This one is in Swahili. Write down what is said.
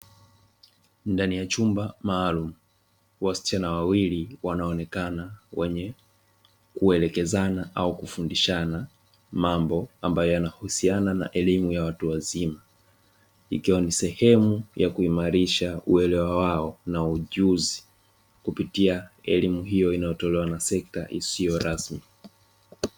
Ndani ya chumba maalum, wasichana wawili wanaonekana wenye kuelekezana au kufundishana mambo ambayo yanahusiana na elimu ya watu wazima, ikiwa ni sehemu ya kuimarisha uelewa wao na ujuzi kupitia elimu hiyo inayotolewa na sekta isiyo rasmi.